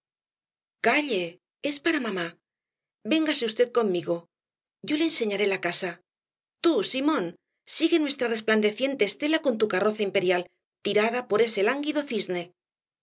calle es para mamá véngase v conmigo yo le enseñaré la casa tú simón sigue nuestra resplandeciente estela con tu carroza imperial tirada por ese lánguido cisne